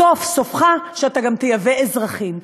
בסוף, סופך שאתה תייבא גם אזרחים.